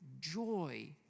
joy